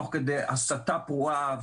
תוך כדי הסתה פרועה,